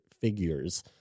figures